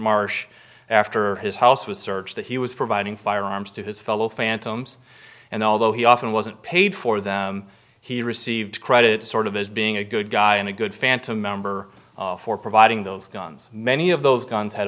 marsh after his house was searched that he was providing firearms to his fellow phantoms and although he often wasn't paid for them he received credit sort of as being a good guy and a good phantom member for providing those guns many of those guns had